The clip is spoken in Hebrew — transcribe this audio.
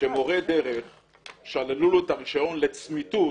שלמורה דרך שללו את הרישיון לצמיתות